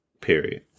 period